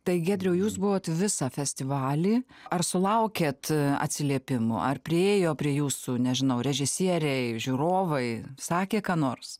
tai giedriau jūs buvot visą festivalį ar sulaukėt atsiliepimų ar priėjo prie jūsų nežinau režisieriai žiūrovai sakė ką nors